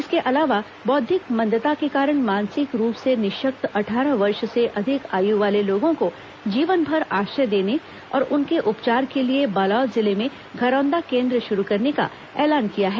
इसके अलावा बौद्विक मंदता के कारण मानसिक रूप से निःशक्त अट्ठारह वर्ष से अधिक आयु वाले लोगों को जीवनभर आश्रय देने और उनके उपचार के लिए बालोद जिले में घरोंदा केन्द्र शुरू करने का ऐलान किया गया है